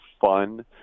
fun